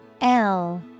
-L